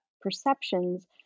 perceptions